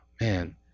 man